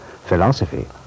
Philosophy